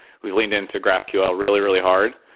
we've leaned into graphql really, really hard.